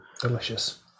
Delicious